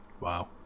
Wow